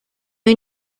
hay